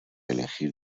elegir